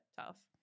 tough